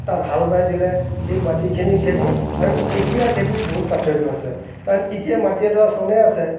তাত হাল বাই দিলে সেই মাটিখিনি খেতি আৰু এতিয়াৰ খেতিৰ বহুত পাৰ্থক্য আছে কাৰণ এতিয়া মাটি এডৰা চনে আছে